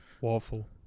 Waffle